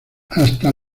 hasta